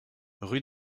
rue